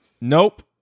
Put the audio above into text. Nope